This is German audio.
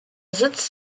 sitz